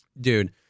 Dude